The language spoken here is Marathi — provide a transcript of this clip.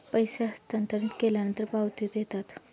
पैसे हस्तांतरित केल्यानंतर पावती देतात